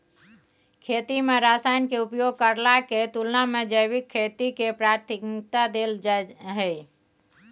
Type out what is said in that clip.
खेती में रसायन के उपयोग करला के तुलना में जैविक खेती के प्राथमिकता दैल जाय हय